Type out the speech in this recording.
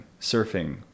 surfing